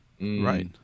Right